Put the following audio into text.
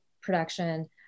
production